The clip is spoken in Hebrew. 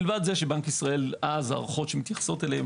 מלבד זה שבנק ישראל אז ההערכות שמתייחסות אליהם,